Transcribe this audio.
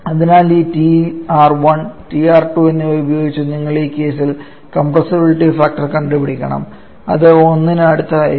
അതിനാൽ ഈ Tr1 Tr2 എന്നിവ ഉപയോഗിച്ച് നിങ്ങൾ ഈ കേസിൽ കംപ്രസ്സബിലിറ്റി ഫാക്ടർ കണ്ടുപിടിക്കണംഅത് 1 ന് അടുത്തായിരിക്കും